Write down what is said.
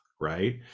right